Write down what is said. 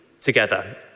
together